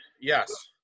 Yes